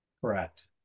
Correct